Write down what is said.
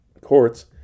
Courts